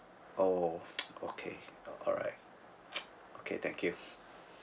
oh okay uh alright okay thank you